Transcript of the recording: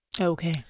Okay